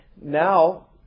Now